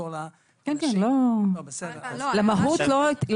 לא חלקתי על המהות.